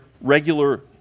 regular